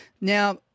Now